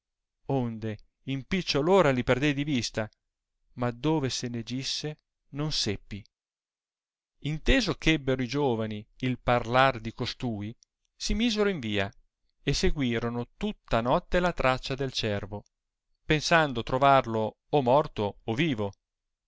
onde in picciol'ora il perdei di vista ma dove se ne gisse non seppi inteso eh ebbero i giovani il pai lar di costui si misero in via e seguirono tutta notte la traccia del cervo pensando trovarlo o morto vivo